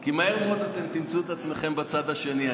כי מהר מאוד אתם תמצאו את עצמכם בצד השני,